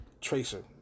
Tracer